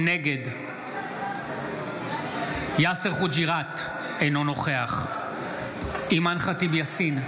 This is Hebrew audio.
נגד יאסר חוג'יראת, אינו נוכח אימאן ח'טיב יאסין,